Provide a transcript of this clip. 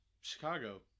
Chicago